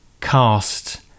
cast